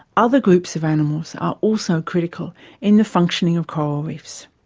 other groups of animals are also critical in the functioning of coral reefs.